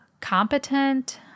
competent